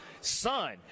son